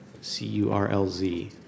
C-U-R-L-Z